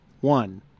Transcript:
one